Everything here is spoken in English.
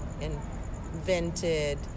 invented